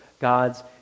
God's